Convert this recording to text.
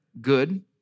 good